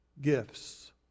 gifts